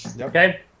okay